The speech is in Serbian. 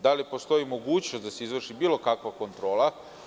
Da li postoji mogućnost da se izvrši bilo kakva kontrola?